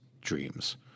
dreams